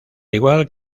igual